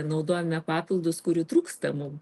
naudojame papildus kurių trūksta mum